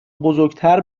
بزرگتر